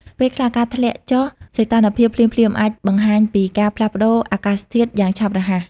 ពេលខ្លះ ការធ្លាក់ចុះសីតុណ្ហភាពភ្លាមៗ អាចបង្ហាញពីការផ្លាស់ប្តូរអាកាសធាតុយ៉ាងឆាប់រហ័ស។